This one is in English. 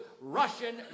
Russian